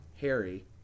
Harry